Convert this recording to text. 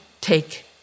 take